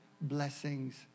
blessings